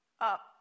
up